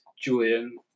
Julian